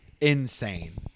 insane